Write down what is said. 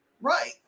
right